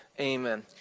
Amen